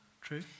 True